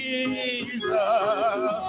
Jesus